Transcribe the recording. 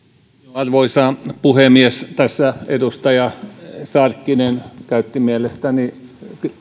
arvoisa puhemies tässä edustaja sarkkinen käytti mielestäni